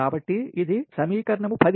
కాబట్టి ఇది సమీకరణం 10